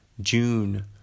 June